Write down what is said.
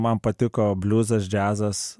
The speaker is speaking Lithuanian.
man patiko bliuzas džiazas